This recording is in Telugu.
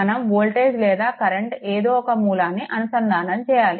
మనం వోల్టేజ్ లేదా కరెంట్ ఏదో ఒక మూలాన్ని అనుసంధానం చేయాలి